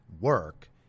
work